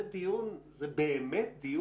זה באמת דיון